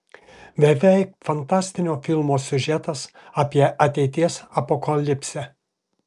beveik fantastinio filmo siužetas apie ateities apokalipsę